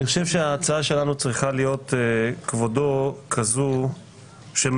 אני חושב שההצעה שלנו צריכה להיות כזאת שמאזנת